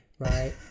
Right